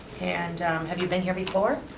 and have you been here before?